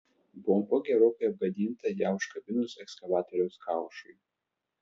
bomba gerokai apgadinta ją užkabinus ekskavatoriaus kaušui